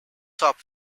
top